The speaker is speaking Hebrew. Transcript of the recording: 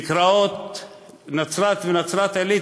נקראות "נצרת" ו"נצרת-עילית",